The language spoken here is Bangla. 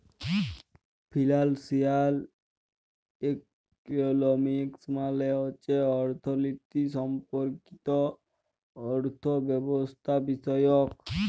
ফিলালসিয়াল ইকলমিক্স মালে হছে অথ্থলিতি সম্পর্কিত অথ্থব্যবস্থাবিষয়ক